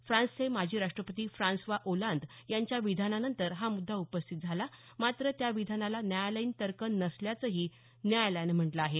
फ्रान्सचे माजी राष्ट्रपती फ्रान्सवा ओलांद यांच्या विधानानंतर हा मुद्दा उपस्थित झाला मात्र त्या विधानाला न्यायालयीन तर्क नसल्याचं न्यायालयानं म्हटलं आहे